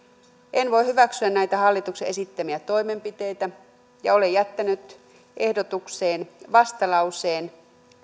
en voi hyväksyä näitä hallituksen esittämiä toimenpiteitä ja olen jättänyt ehdotukseen vastalauseen